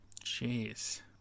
Jeez